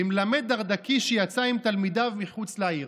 למלמד דרדקי שיצא עם תלמידיו מחוץ לעיר.